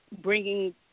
bringing